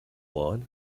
lawn